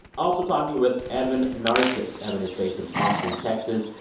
also talking with evan narcisse. evan is based in austin, texas,